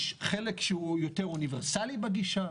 יש חלק שהוא יותר אוניברסאלי בגישה,